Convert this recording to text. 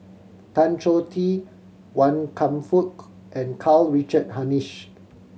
Tan Choh Tee Wan Kam Fook and Karl Richard Hanitsch